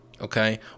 okay